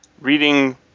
reading